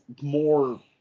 more